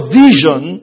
vision